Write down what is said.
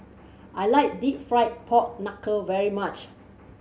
I like Deep Fried Pork Knuckle very much